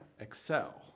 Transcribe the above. excel